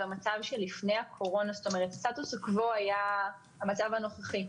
במצב שלפני הקורונה הסטטוס קוו היה המצב הנוכחי,